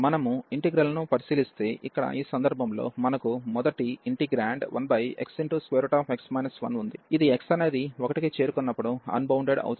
మనము ఈ ఇంటిగ్రల్ ను పరిశీలిస్తే ఇక్కడ ఈ సందర్భంలో మనకు మొదటి ఇంటెగ్రాండ్ 1xx 1 ఉంది ఇది x అనేది 1కి చేరుకున్నప్పుడు అన్బౌండెడ్ అవుతోంది